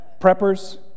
Preppers